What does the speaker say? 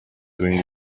doing